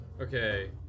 Okay